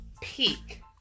peak